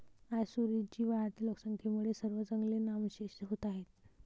आज सुरेश जी, वाढत्या लोकसंख्येमुळे सर्व जंगले नामशेष होत आहेत